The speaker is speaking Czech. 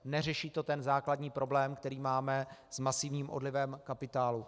Neřeší to ten základní problém, který máme s masivním odlivem kapitálu.